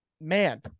Man